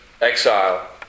exile